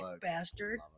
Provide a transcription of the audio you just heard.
bastard